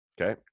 Okay